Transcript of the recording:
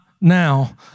now